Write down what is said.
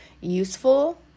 useful